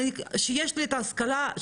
כשיש לי את ההשכלה,